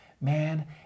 Man